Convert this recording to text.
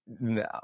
no